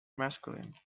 masculine